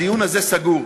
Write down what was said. הדיון הזה סגור.